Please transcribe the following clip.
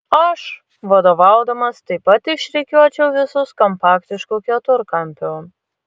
aš vadovaudamas taip pat išrikiuočiau visus kompaktišku keturkampiu